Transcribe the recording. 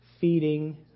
feeding